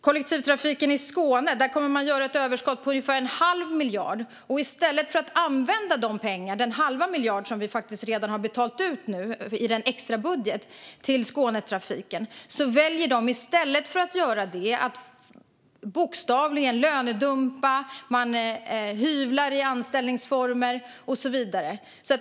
Kollektivtrafiken i Skåne kommer att göra ett överskott på ungefär en halv miljard. I stället för att använda den halva miljard som vi faktiskt redan har betalat ut till Skånetrafiken via en extrabudget väljer de att bokstavligen lönedumpa, att hyvla i anställningsformer och så vidare.